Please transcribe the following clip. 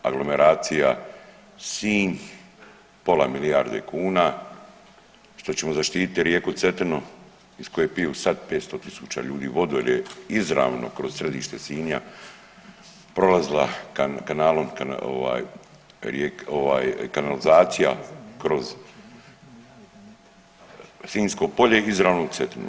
Aglomeracija Sinj, pola milijarde kuna, što ćemo zaštititi rijeku Cetinu, iz koje piju sad 500 tisuća ljudi vodu, jer je izravno kroz središte Sinja prolazila kanalom, ovaj, kanalizacija kroz sinjsko polje izravno u Cetinu.